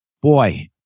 boy